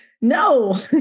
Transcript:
No